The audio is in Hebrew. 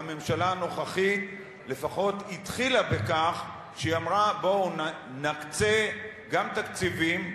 והממשלה הנוכחית לפחות התחילה בכך שהיא אמרה: בואו נקצה גם תקציבים,